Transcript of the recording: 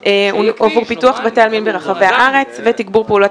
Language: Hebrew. עבור פיתוח בתי עלמין ברחבי הארץ ותגבור פעולות